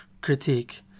critique